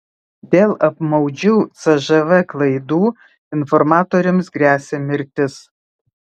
dėl apmaudžių cžv klaidų informatoriams gresia mirtis